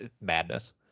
madness